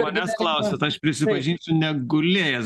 manęs klausiat aš prisipažinsiu negulėjęs